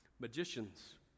magicians